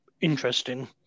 interesting